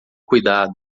cuidado